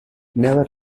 never